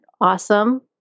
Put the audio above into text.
awesome